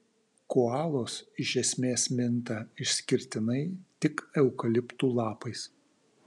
koalos iš esmės minta išskirtinai tik eukaliptų lapais